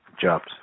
jobs